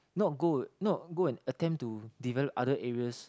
not go not go and attempt to develop other areas